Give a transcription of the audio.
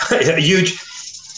huge